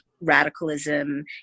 radicalism